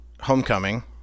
homecoming